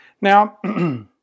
Now